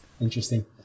interesting